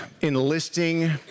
enlisting